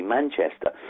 Manchester